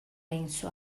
lenço